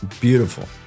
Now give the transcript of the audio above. Beautiful